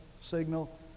signal